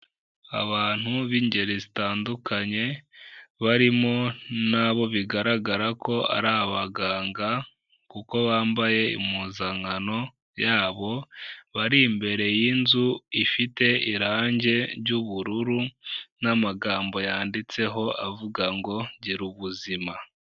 Abantu b'ingeri zitandukanye, barimo n'abo bigaragara ko ari abaganga kuko bambaye impuzankano yabo, bari imbere y'inzu ifite irangi ry'ubururu n'amagambo yanditseho avuga ngo ''Gira ubuzima.''